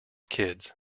kids